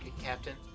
Captain